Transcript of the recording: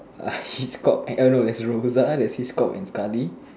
uh he's called Anna and there's hitchcock and scully